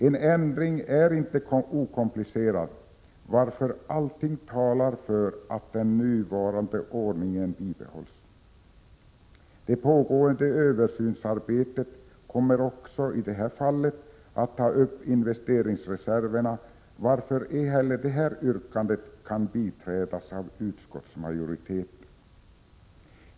En ändring är inte okomplicerad, varför allting talar för att den nuvarande ordningen bibehålls. Det pågående översynsarbetet kommer också i detta fall att omfatta investeringsreserverna, varför ej heller detta yrkande kan biträdas av utskottsmajoriteten.